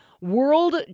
world